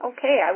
Okay